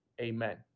amen